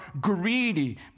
greedy